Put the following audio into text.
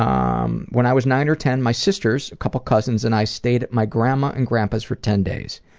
um when i was nine or ten, my sisters, a couple of cousins, and i stated my grandma and grandpa's for ten days.